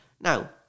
now